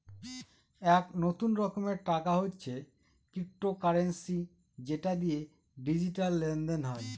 এক নতুন রকমের টাকা হচ্ছে ক্রিপ্টোকারেন্সি যেটা দিয়ে ডিজিটাল লেনদেন হয়